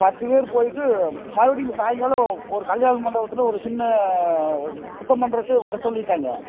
பத்து பேர் போயிவிட்டு மறுபடியும் சாயங்காலம் ஒரு கல்யாண மண்டபத்தில் ஒரு சின்ன சுத்தம் பண்ணுறதுக்கு வர சொல்லிவிட்டாங்க